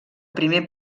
primer